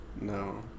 No